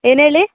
ಏನು ಹೇಳಿ